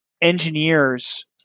engineers